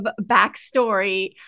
backstory